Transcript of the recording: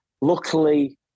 Luckily